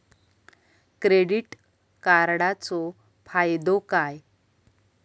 Credit कार्डाचो फायदो काय?